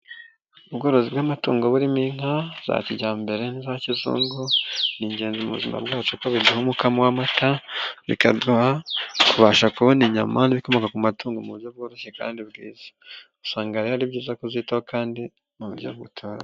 Ubworozi bw'amatungo burimo inka za kijyambere n'iza kizungu ni ingenzi mu buzima bwacu kuko biduha umukamo w'amata bikaduha kubasha kubona inyama n'ibikomoka ku matungo mu buryo bworoshye kandi bwiza usanga rero ari byiza kuzitaho kandi mu buryo buta.